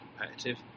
competitive